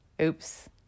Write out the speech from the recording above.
Oops